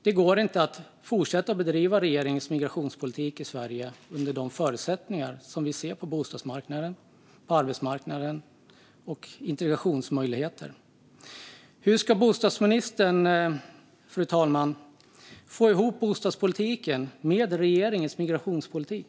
Det går inte att fortsätta att bedriva regeringens migrationspolitik i Sverige under de förutsättningar som vi ser på bostadsmarknaden och arbetsmarknaden och sett till integrationsmöjligheter. Fru talman! Hur ska bostadsministern få ihop bostadspolitiken med regeringens migrationspolitik?